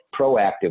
proactive